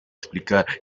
explicar